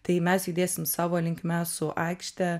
tai mes judėsim savo linkme su aikšte